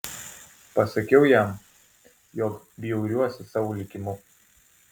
pasakiau jam jog bjauriuosi savo likimu